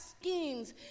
schemes